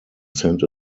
sent